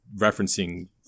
referencing